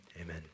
amen